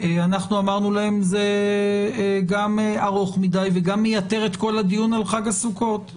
ואנחנו אמרנו להם שזה גם ארוך מדי וגם מייתר את כל הדיון על חג הסוכות.